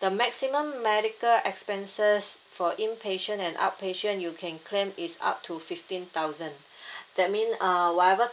the maximum medical expenses for inpatient and outpatient you can claim is up to fifteen thousand that mean uh whatever